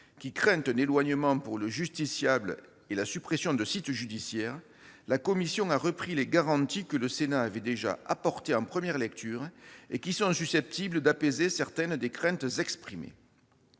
qui craint un éloignement pour le justiciable et la suppression de sites judiciaires, la commission a repris les garanties que le Sénat avait déjà apportées en première lecture, et qui sont susceptibles d'apaiser certaines des craintes exprimées.